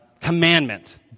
commandment